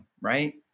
right